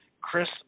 Chris